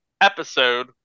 episode